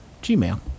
Gmail